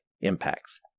impacts